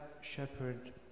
shepherd